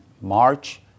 March